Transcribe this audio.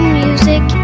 music